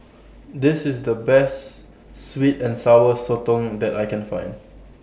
This IS The Best Sweet and Sour Sotong that I Can Find